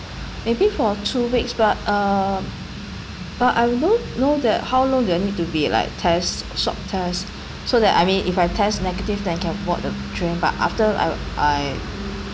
maybe for two weeks but um but I would know know that how long do I need to be like test swab test so that I mean if I test negative then can board the train but after I I